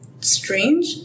strange